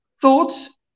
thoughts